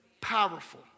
Powerful